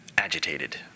agitated